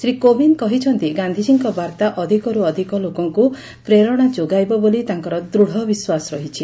ଶ୍ରୀ କୋବିନ୍ଦ କହିଛନ୍ତି ଗାନ୍ଧୀଜୀଙ୍କ ବାର୍ତ୍ରା ଅଧିକର୍ ଅଧିକ ଲୋକଙ୍କ ପ୍ରେରଣା ଯୋଗାଇବ ବୋଲି ତାଙ୍କର ଦୂଡ଼ ବିଶ୍ୱାସ ରହିଛି